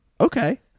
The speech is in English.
Okay